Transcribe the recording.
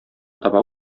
таба